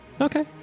Okay